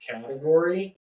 category